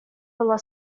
была